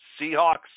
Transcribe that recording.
Seahawks